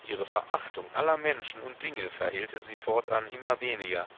ihre verachtung aller menschen und dinge verhehlte sie fortan immer weniger